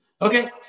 okay